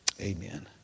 Amen